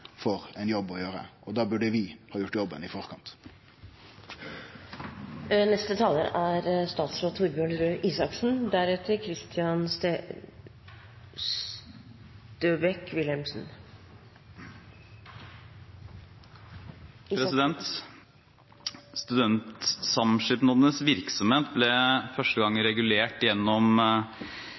for det kan hende at kontrollkomiteen får ein jobb å gjere, og da burde vi ha gjort jobben i førekant. Studentsamskipnadenes virksomhet ble første gang regulert gjennom